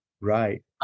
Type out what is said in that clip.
Right